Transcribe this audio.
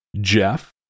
Jeff